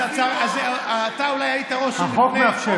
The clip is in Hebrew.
אתה אולי היית ראש עיר לפני, החוק מאפשר.